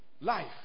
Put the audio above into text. life